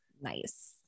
Nice